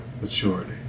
maturity